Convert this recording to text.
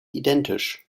identisch